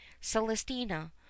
Celestina